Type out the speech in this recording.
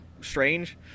strange